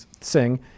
sing